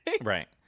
Right